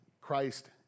Christ